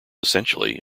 essentially